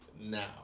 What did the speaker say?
now